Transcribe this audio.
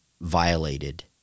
violated